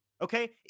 okay